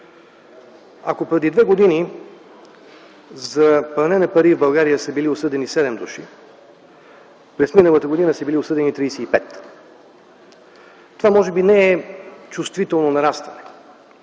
Ако преди две години за пране на пари в България са били осъдени 7 души, през миналата година са били осъдени 35. Това може би не е чувствително нарастване.